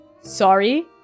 sorry